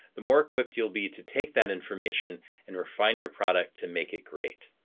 the more equipped you'll be to take that information and refine your product to make it great.